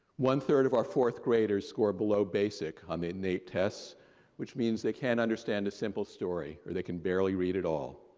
one third of our fourth graders scored below basic on their nate test which means they can't understand a simple story or they can barely read it all.